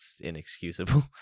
inexcusable